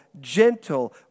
gentle